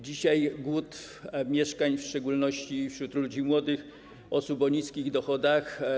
Dzisiaj jest głód mieszkań w szczególności wśród ludzi młodych, osób o niskich dochodach.